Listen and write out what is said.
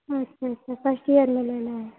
अच्छा अच्छा first year में लेना है